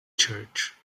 church